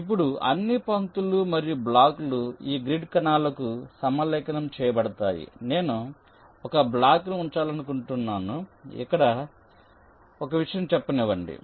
ఇప్పుడు అన్ని పంక్తులు మరియు బ్లాక్లు ఈ గ్రిడ్ కణాలకు సమలేఖనం చేయబడతాయి నేను ఒక బ్లాక్ను ఉంచాలనుకుంటున్నాను ఇక్కడ చెప్పనివ్వండి